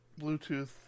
bluetooth